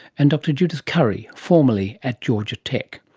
and dr judith curry, formerly at georgia tech.